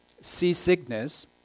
seasickness